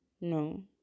no